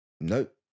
Nope